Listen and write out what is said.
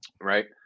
right